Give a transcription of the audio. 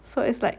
so it's like